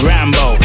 Rambo